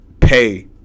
Pay